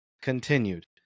continued